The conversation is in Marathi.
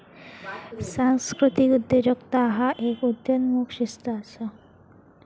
सांस्कृतिक उद्योजकता ह्य एक उदयोन्मुख शिस्त असा